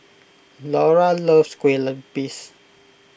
Laura loves Kue Lupis